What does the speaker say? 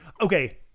Okay